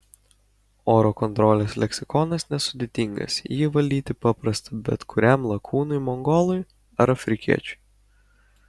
oro kontrolės leksikonas nesudėtingas jį įvaldyti paprasta bet kuriam lakūnui mongolui ar afrikiečiui